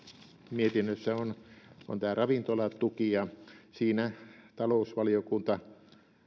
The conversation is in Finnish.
mietinnössä on tämä ravintolatuki ja siinä talousvaliokunta